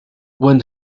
while